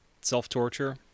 self-torture